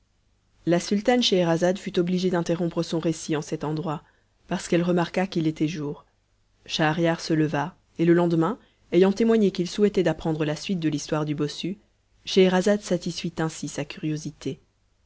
la sultane scheherazade fut obligée d'interrompre son récit en cet endroit parce qu'elle remarqua qu'il était jour schahriar se leva et le lendemain ayant témoigné qu'il souhaitait d'apprendre la suite de l'histoire du bossu scheherazade satisfit ainsi sa curiosité